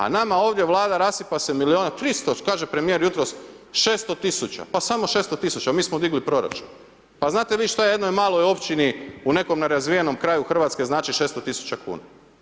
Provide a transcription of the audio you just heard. A nama ovdje Vlada rasipa se milijun i 300, kaže premijer jutros, 600 000, pa samo 600 000, mi smo digli proračun. pa znate šta je jednoj maloj općini u nekom nerazvijenom kraju Hrvatske znači 600 000 kuna?